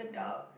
yeah